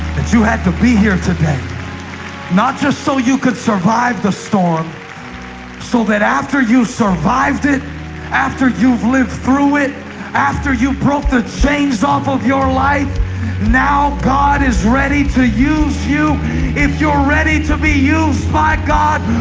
but you had to be here today not just so you could survive the storm so that after you survived it after you've lived through it after you broke the chains off of your life now god is ready to use you if you're ready to be used by god,